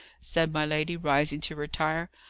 said my lady, rising to retire.